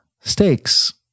stakes